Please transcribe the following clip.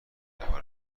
حال